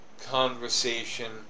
conversation